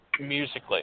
musically